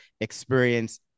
experience